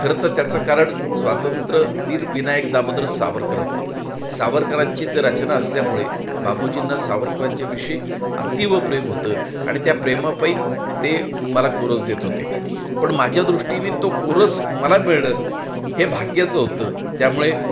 खरं तर त्याचं कारण स्वातंत्र्यवीर विनायक दामोदर सावरकर होते सावरकरांची ते रचना असल्यामुळे बाबूजींना सावरकरांच्याविषयी अतीव प्रेम होतं आणि त्या प्रेमापाई ते मला कोरस देत होते पण माझ्या दृष्टीने तो कोरस मला मिळणं हे भाग्याचं होतं त्यामुळे